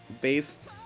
based